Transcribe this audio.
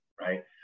right